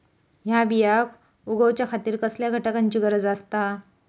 हया बियांक उगौच्या खातिर कसल्या घटकांची गरज आसता?